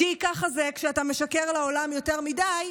כי ככה זה כשאתה משקר לעולם יותר מדי,